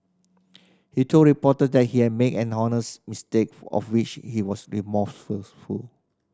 he told reporters that he had made an honest mistake of which he was